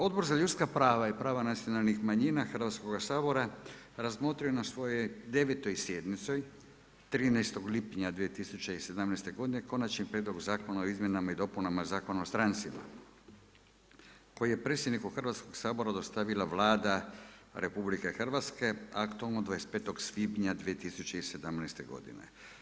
Odbor za ljudska prava i prava nacionalnih manjina Hrvatskoga sabora, razmotrio je na svojoj 9. sjednici, 13. lipnja 2017. godine Konačni prijedlog Zakona o izmjenama i dopunama Zakona o strancima koji je predsjedniku Hrvatskog sabora dostavila Vlada RH, aktom od 25. svibnja 2017. godine.